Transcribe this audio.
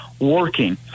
working